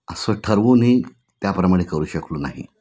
असं ठरवूनही त्याप्रमाणे करू शकलो नाही